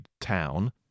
town